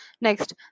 Next